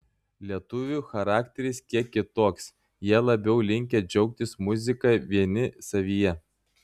lietuvių charakteris kiek kitoks jie labiau linkę džiaugtis muzika vieni savyje